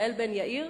מיכאל בן-יאיר,